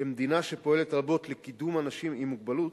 כמדינה שפועלת רבות לקידום אנשים עם מוגבלות,